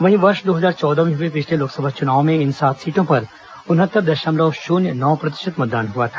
वहीं वर्ष दो हजार चौदह में हुए पिछले लोकसभा चुनाव में इन सात सीटों पर उनहत्तर दशमलव शून्य नौ प्रतिशत मतदान हुआ था